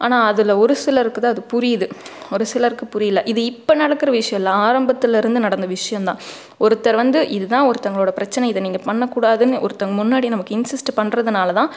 ஆனால் அதில் ஒரு சிலர்ருக்கு தான் அது புரியுது ஒரு சிலருக்கு புரியல இது இப்போ நடக்கிற விஷயம் இல்லை ஆரம்பத்துலருந்து நடந்த விஷயம் தான் ஒருத்தர் வந்து இது தான் ஒருத்தங்களோட பிரச்சன இதை நீங்கள் பண்ண கூடாதுன்னு ஒருத்தவங்க முன்னாடி நம்ம இன்ஸாஸ்ட் பண்ணுறதுனால தான்